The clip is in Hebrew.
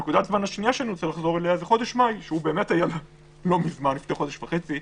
נקודת הזמן השנייה היא חודש מאי, לפני חודש וחצי,